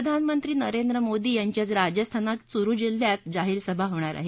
प्रधानमंत्री नरेंद्र मोदी यांची आज राजस्थानात चुरु जिल्ह्यात जाहीर सभा होणार आहे